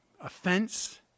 offense